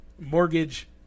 Mortgage